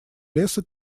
леса